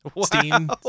steam